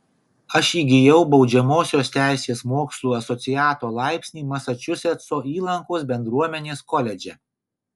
aš įgijau baudžiamosios teisės mokslų asociato laipsnį masačusetso įlankos bendruomenės koledže